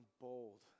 bold